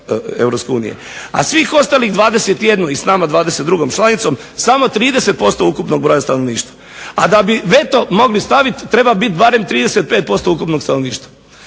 EU, a svih ostalih 21 i s nama 22. članicom samo 30% ukupnog broja stanovništva. A da bi veto mogli staviti treba biti barem 35% ukupnog stanovništva.